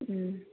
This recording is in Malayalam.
മ്